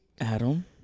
Adam